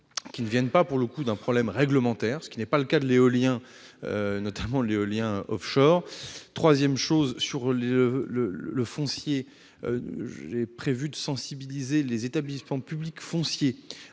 qui ne proviennent pas d'un problème réglementaire, ce qui n'est pas le cas pour l'éolien, notamment l'éolien. Enfin, sur le foncier, j'ai prévu de sensibiliser les établissements publics fonciers